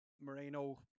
Moreno